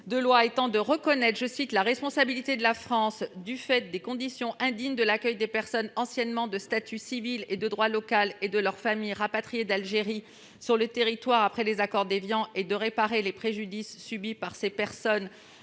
de loi étant de « reconnaître la responsabilité de la France du fait des conditions indignes de l'accueil des personnes anciennement de statut civil de droit local et de leurs familles, rapatriées d'Algérie, sur son territoire après les accords d'Évian et de réparer les préjudices subis par ces personnes